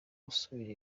gusubira